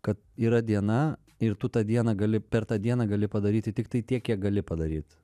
kad yra diena ir tu tą dieną gali per tą dieną gali padaryti tiktai tiek kiek gali padaryt